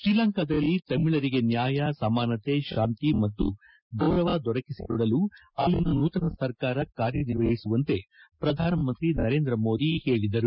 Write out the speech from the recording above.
ಶ್ರೀಲಂಕಾದಲ್ಲಿ ತಮಿಳರಿಗೆ ನ್ಯಾಯ ಸಮಾನತೆ ಶಾಂತಿ ಮತ್ತು ಗೌರವ ದೊರಕಿಸಿಕೊಡಲು ಅಲ್ಲಿನ ನೂತನ ಸರ್ಕಾರ ಕಾರ್ಯನಿರ್ವಹಿಸುವಂತೆ ಪ್ರಧಾನಮಂತ್ರಿ ನರೇಂದ್ರ ಮೋದಿ ಹೇಳಿದರು